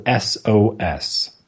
SOS